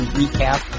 recap